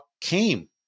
came